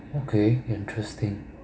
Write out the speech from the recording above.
okay interesting